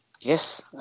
Yes